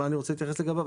ראשית,